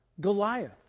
Goliath